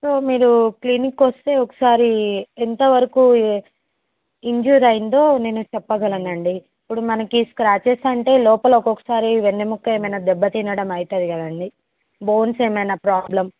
so మీరు క్లినిక్కి వస్తే ఒకసారి ఎంతవరకు ఇంజూర్ అయ్యిందో నేను చెప్పగలను అండి ఇప్పుడు మనకు స్క్రాచెస్ అంటే లోపల ఒక్కొక్కసారి వెన్నెముక ఏమైన దెబ్బతినడం అవుతుంది కదండి బోన్స్ ఏమైన ప్రాబ్లం